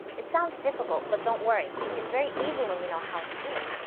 it sounds difficult, but don't worry, it's very easy when you know how to do it.